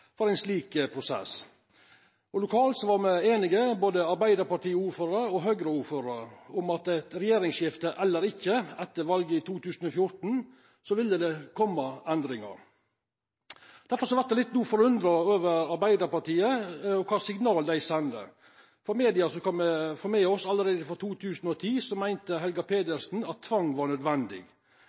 ein slik prosess. Lokalt var me einige, både arbeidarpartiordførarar og høgreordførarar, om at det etter valet i 2014, regjeringsskifte eller ikkje, ville koma endringar. Difor vert eg no litt forundra over Arbeidarpartiet og kva signal dei sender. Frå media har me fått med oss at Helga Pedersen allereie i 2010 meinte at tvang var nødvendig.